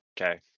Okay